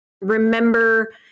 remember